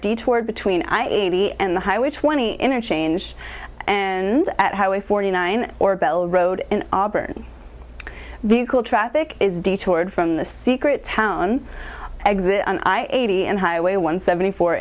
detoured between i eighty and the highway twenty interchange and at how a forty nine or bell road in auburn vehicle traffic is detoured from the secret town exit on i eighty and highway one seventy four